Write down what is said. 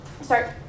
start